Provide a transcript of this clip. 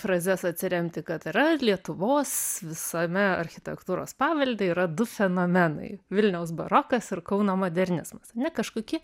frazes atsiremti kad yra lietuvos visame architektūros pavelde yra du fenomenai vilniaus barokas ir kauno modernizmas ane kažkokie